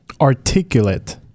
Articulate